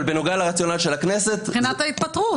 אבל בנוגע לרציונל של הכנסת --- מבחינת ההתפטרות.